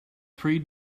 three